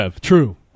true